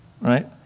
right